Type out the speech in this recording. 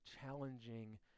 challenging